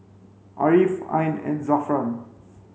Ariff Ain and Zafran